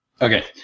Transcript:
Okay